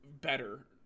better